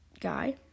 guy